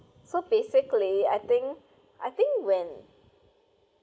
so basically I think I think when